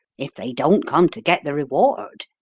if they don't come to get the reward,